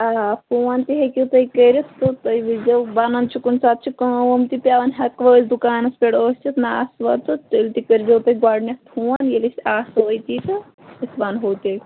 آ فون تہِ ہیٚکِو تُہۍ کٔرِتھ تہٕ تُہۍ وُچھ زیو بَنان چھُ کُنہِ ساتہٕ چھِ کانٛہہ کٲم وٲم تہِ پٮ۪وان ہٮ۪کوٕ أسۍ دُکانَس پٮ۪ٹھ ٲسِتھ نہَ آسوا تہٕ تیٚلہِ تہِ کٔرۍزیٚو تُہۍ گۄڈنٮ۪تھ فون ییٚلہِ أسۍ آسو أتی تہٕ أسۍ وَنہو تیٚلہِ